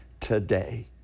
today